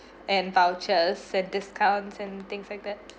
and vouchers and discounts and things like that